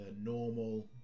normal